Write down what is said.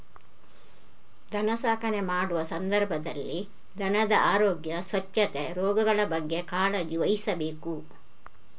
ದನ ಸಾಕಣೆ ಮಾಡುವ ಸಂದರ್ಭದಲ್ಲಿ ದನದ ಆರೋಗ್ಯ, ಸ್ವಚ್ಛತೆ, ರೋಗಗಳ ಬಗ್ಗೆ ಕಾಳಜಿ ವಹಿಸ್ಬೇಕು